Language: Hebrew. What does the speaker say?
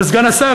וסגן השר,